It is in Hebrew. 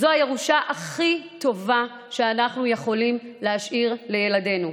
זו הירושה הכי טובה שאנחנו יכולים להשאיר לילדינו,